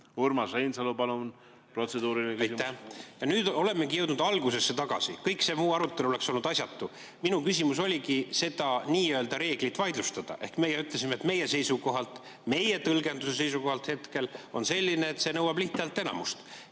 Urmas Reinsalu, palun! Protseduuriline küsimus.